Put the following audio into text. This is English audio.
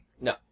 no